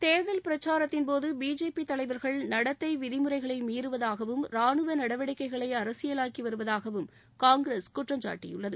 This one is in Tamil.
தேர்தல் பிரச்சாரத்தின்போது பிஜேபி தலைவர்கள் நடத்தை விதிமுறைகளை மீறுவதாகவும் ராணுவ நடவடிக்கைகளை அரசியலாக்கி வருவதாகவும் காங்கிரஸ் குற்றம் சாட்டியுள்ளது